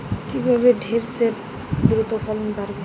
কিভাবে ঢেঁড়সের দ্রুত ফলন বাড়াব?